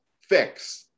fix